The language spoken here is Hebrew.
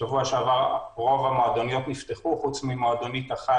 בשבוע שעבר רוב המועדוניות נפתחו חוץ ממועדונית אחת